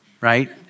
right